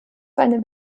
seine